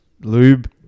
lube